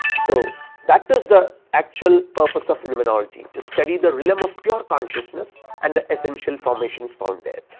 so that is the actual purpose of phenomenology to study the realm of pure consciousness and the essential formations found there.